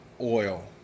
oil